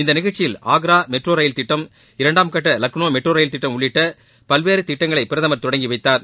இந்த நிகழ்ச்சியில் Agra metro rail திட்டம் இரண்டாம் கட்ட லக்னோ மெட்ரோ ரயில் திட்டம் உள்ளிட்ட பல்வேறு திட்டங்களை பிரதமர் தொடங்கி வைத்தார்